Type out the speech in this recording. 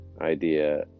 idea